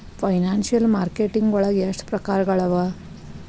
Financial marketing ವಳಗ ಎಷ್ಟ್ ಪ್ರಕ್ರಾರ್ಗಳವ?